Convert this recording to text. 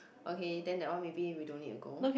okay then that one maybe we don't need to go